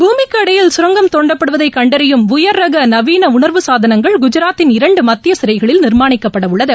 பூமிக்கு அடியில் சுரங்கம் தோண்டப்படுவதை கண்டறியும் உயர்ரக நவீன உணர்வு சாதனங்கள் குஜாத்தின் இரண்டு மத்திய சிறைகளில் நிர்மாணிக்கப்பட உள்ளது